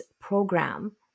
program